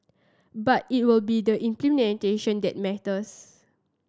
but it will be the implementation that matters